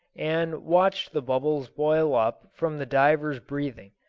and watched the bubbles boil up from the diver's breathing,